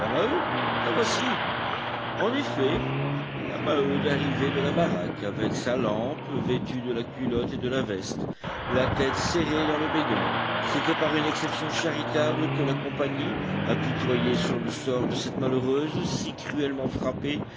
voici en effet la maheude arrivait de la baraque avec sa lampe vêtue de la culotte et de la veste la tête serrée dans le béguin c'était par une exception charitable que la compagnie apitoyée sur le sort de cette malheureuse si cruellement frappée